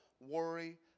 worry